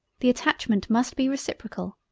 the attachment must be reciprocal.